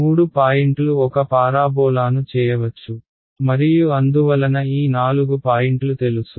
మూడు పాయింట్లు ఒక పారాబోలాను చేయవచ్చు మరియు అందువలన ఈ నాలుగు పాయింట్లు తెలుసు